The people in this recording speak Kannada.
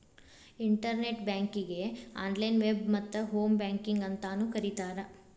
ಇಂಟರ್ನೆಟ್ ಬ್ಯಾಂಕಿಂಗಗೆ ಆನ್ಲೈನ್ ವೆಬ್ ಮತ್ತ ಹೋಂ ಬ್ಯಾಂಕಿಂಗ್ ಅಂತಾನೂ ಕರಿತಾರ